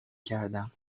کردم